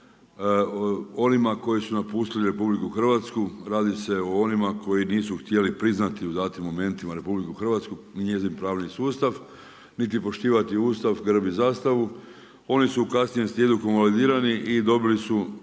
onima koji su napustili RH. Radi se o onima koji nisu htjeli priznati u datim momentima RH i njezin pravni sustav, niti poštivati Ustav, grb i zastavu. Oni su u kasnijem slijedu … i dobili su